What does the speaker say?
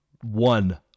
one